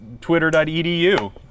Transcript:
twitter.edu